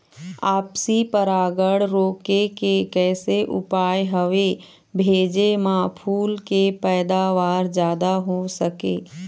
आपसी परागण रोके के कैसे उपाय हवे भेजे मा फूल के पैदावार जादा हों सके?